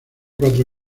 cuatro